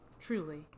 Truly